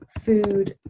food